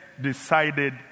decided